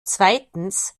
zweitens